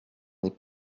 n’est